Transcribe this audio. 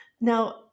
Now